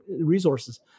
resources